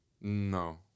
No